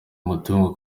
umutungo